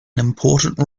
important